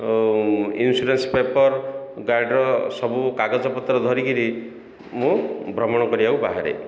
ଆଉ insurance paper ଗାଡ଼ିର ସବୁ କାଗଜପତ୍ର ଧରିକରି ମୁଁ ଭ୍ରମଣ କରିବାକୁ ବାହାରେ